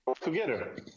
together